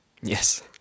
yes